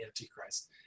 Antichrist